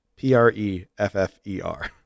P-R-E-F-F-E-R